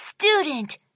student